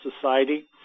society